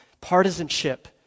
Partisanship